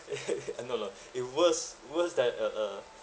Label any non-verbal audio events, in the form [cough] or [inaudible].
[laughs] eh no lor it worse worse than a a